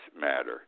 Matter